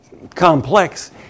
complex